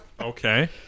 okay